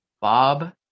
Bob